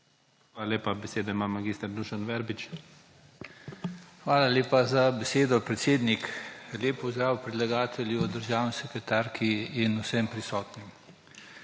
Hvala lepa za besedo, predsednik. Lep pozdrav predlagatelju, državni sekretarki in vsem prisotnim!